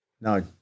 no